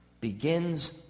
begins